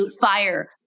fire